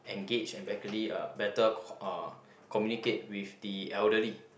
engage and uh better uh communicate with the elderly